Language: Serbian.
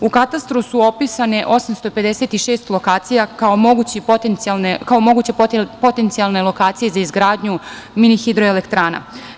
U katastru je opisano 856 lokacija, kao moguće potencijalne lokacije za izgradnju mini hidroelektrana.